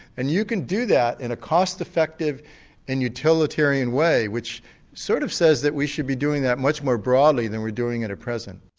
and you can do that in a cost effective and utilitarian way which sort of says that we should be doing that much more broadly than we are doing it at present.